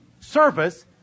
service